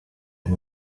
uyu